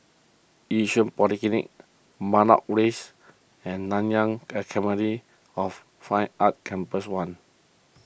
Yishun Polyclinic Matlock Rise and Nanyang Academy of Fine Arts Campus one